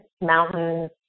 mountains